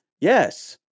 yes